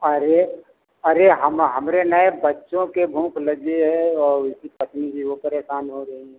अरे अरे हम हमरे नै बच्चों के भूख लगी हैं और पत्नी जो है वो भी परेशान हो रही हैं